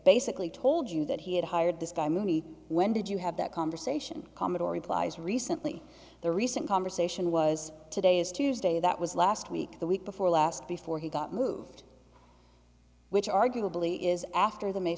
basically told you that he had hired this guy movie when did you have that conversation commodore replies recently the recent conversation was today is tuesday that was last week the week before last before he got moved which arguably is after the may